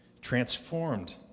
transformed